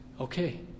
okay